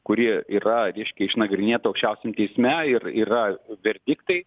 kuri yra reiškia išnagrinėta aukščiausiam teisme ir yra verdiktai